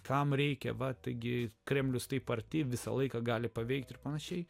kam reikia va taigi kremlius taip arti visą laiką gali paveikti ir panašiai